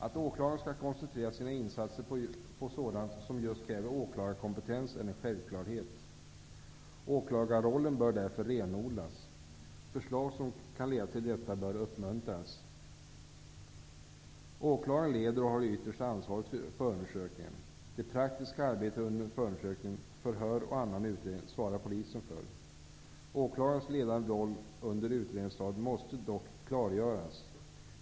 Att åklagaren skall koncentrera sina insatser på sådant som just kräver åklagarkompetens är en självklarhet. Åklagarrollen bör därför renodlas. Förslag som kan leda till detta bör uppmuntras. Åklagaren leder och har det yttersta ansvaret för förundersökningen. Det praktiska arbetet under en förundersökning, förhör och annan utredning, svarar polisen för. Åklagarens ledande roll under utredningsstadiet måste dock klargöras.